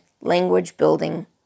language-building